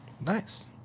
Nice